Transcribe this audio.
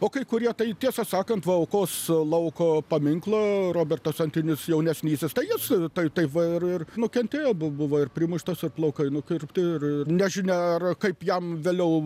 o kai kurie tai tiesą sakant va aukos lauko paminklo robertas antinis jaunesnysis tai jis tai taip va ir nukentėjo bu buvo ir primuštas ir plaukai nukirpti ir nežinia ar kaip jam vėliau